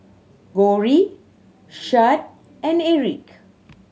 Cory Shad and Erik